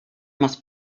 must